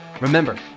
Remember